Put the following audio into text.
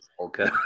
okay